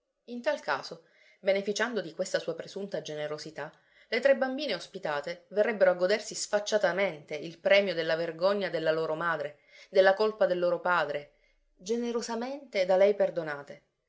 in tal caso beneficiando di questa sua presunta generosità le tre bambine ospitate verrebbero a godersi sfacciatamente il premio della vergogna della loro madre della colpa del loro padre generosamente da lei perdonate